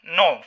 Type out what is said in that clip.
no